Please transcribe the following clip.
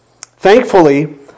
Thankfully